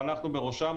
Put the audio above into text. ואנחנו בראשן,